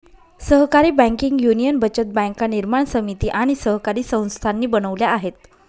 सहकारी banking union बचत बँका निर्माण समिती आणि सहकारी संस्थांनी बनवल्या आहेत